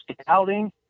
scouting